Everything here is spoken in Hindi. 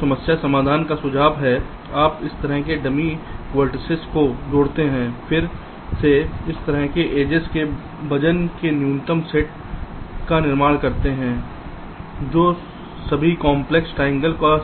तो समस्या समाधान का सुझाव है आप इस तरह के डमी वेर्तिसेस को जोड़ते हैं फिर से इस तरह के एड्जेस के वजन के न्यूनतम सेटअप का निर्धारण करते हैं जो सभी कॉम्प्लेक्स ट्रायंगल को